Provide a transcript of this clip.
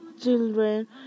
children